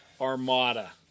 Armada